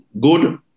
good